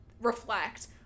reflect